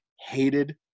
hated